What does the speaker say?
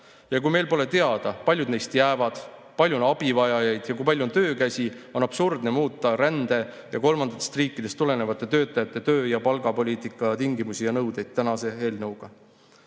Kui meil pole aga teada, paljud neist jäävad, palju on abivajajaid ja kui palju on töökäsi, on absurdne muuta rände ja kolmandatest riikidest tulevate töötajate töö‑ ja palgapoliitika tingimusi ja nõudeid tänase eelnõuga.